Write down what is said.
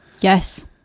Yes